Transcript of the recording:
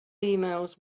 emails